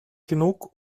genug